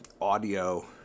audio